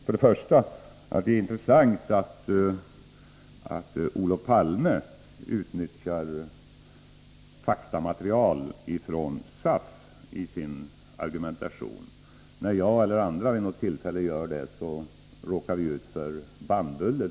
För det första: Det är intressant att Olof Palme utnyttjar faktamaterial från SAFisin argumentation. När jag eller andra vid något tillfälle gör det råkar vi ut för bannbullor.